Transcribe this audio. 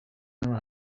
their